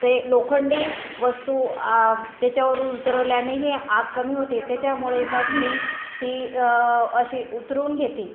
ते लोखंडी वस्तू आ त्याच्यावरून उतरवल्यानेही आग कमी होते त्याच्यामुळे मग मी ती अशी उतरून घेते